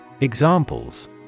EXAMPLES